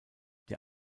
der